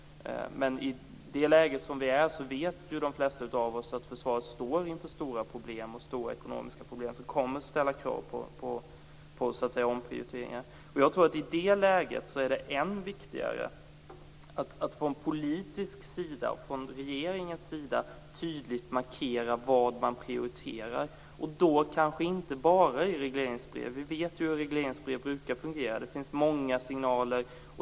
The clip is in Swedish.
Men i det läge som vi är vet de flesta av oss att försvaret står inför stora ekonomiska problem som kommer att ställa krav på omprioriteringar. I det läget är det än viktigare att från politiskt håll och från regeringens sida tydligt markera vad man prioriterar, och då kanske inte bara i regleringsbrev. Vi vet hur regleringsbrev brukar fungera. Det finns många signaler.